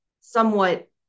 somewhat